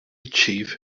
chief